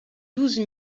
douze